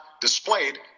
displayed